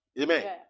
Amen